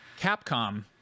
Capcom